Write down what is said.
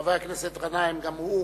חבר הכנסת גנאים גם הוא